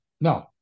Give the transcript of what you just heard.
No